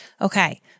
Okay